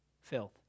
filth